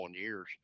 years